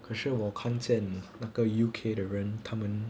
可是我 concern 那个 U_K 他们